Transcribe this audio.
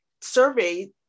survey